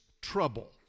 trouble